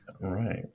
Right